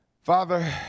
Father